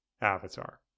Avatar